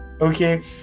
Okay